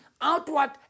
outward